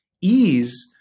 Ease